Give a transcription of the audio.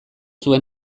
zuen